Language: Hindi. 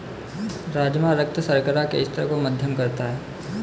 राजमा रक्त शर्करा के स्तर को मध्यम करता है